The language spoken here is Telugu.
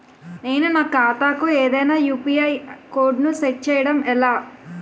నేను నా ఖాతా కు ఏదైనా యు.పి.ఐ కోడ్ ను సెట్ చేయడం ఎలా?